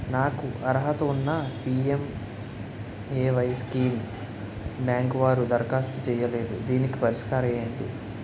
నాకు అర్హత ఉన్నా పి.ఎం.ఎ.వై స్కీమ్ బ్యాంకు వారు దరఖాస్తు చేయలేదు దీనికి పరిష్కారం ఏమిటి?